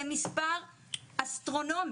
זה מספר אסטרונומי,